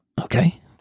okay